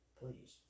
please